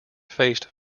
faced